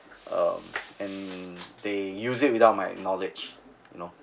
uh and they use it without my acknowledge you know